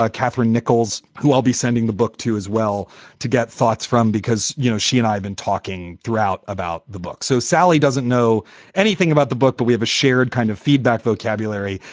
ah catherine nichols, who i'll be sending the book to as well to get thoughts from, because, you know, she and i've been talking throughout about the book. so sally doesn't know anything about the book, but we have a shared kind of feedback vocabulary.